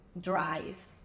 drive